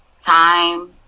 Time